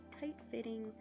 tight-fitting